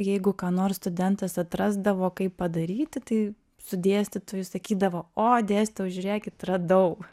jeigu ką nors studentas atrasdavo kaip padaryti tai su dėstytoju sakydavo o dėstijau žiūrėkit radau